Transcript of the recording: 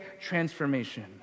transformation